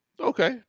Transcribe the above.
okay